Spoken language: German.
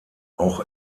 auch